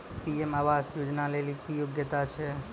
PM आवास योजना लेली की योग्यता छै?